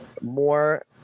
more